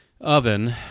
oven